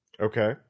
Okay